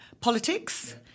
politics